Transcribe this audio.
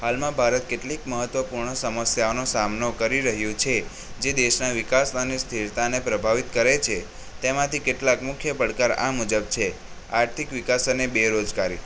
હાલમાં ભારત કેટલીક મહત્વપૂર્ણ સમસ્યાઓનો સામનો કરી રહ્યું છે જે દેશના વિકાસ અને સ્થિરતાને પ્રભાવિત કરે છે તેમાંથી કેટલાક મુખ્ય પડકાર આ મુજબ છે આર્થિક વિકાસ અને બેરોજગારી